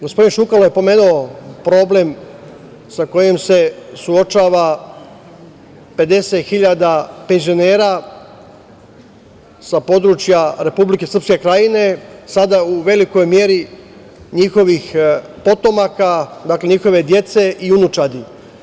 Gospodin Šukalo je pomenuo problem sa kojim se suočava 50.000 penzionera sa područja Republike Srpske Krajine, sada u velikoj meri njihovih potomaka, dakle, njihove dece i unučadi.